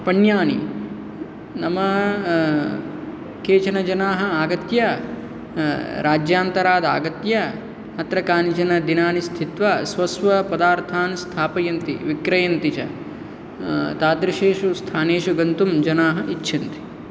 पन्यानि नाम केचन जनाः आगत्य राज्यान्तरादागत्य अत्र कानिचन दिनानि स्थित्वा स्वस्वपदार्थान् स्थापयन्ति विक्रयन्ति च तादृशेषु स्थानेषु गन्तुं जनाः इच्छन्ति